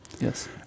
Yes